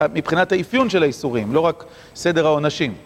מבחינת האיפיון של האיסורים, לא רק סדר העונשים.